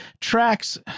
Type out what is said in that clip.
tracks